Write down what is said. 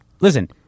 Listen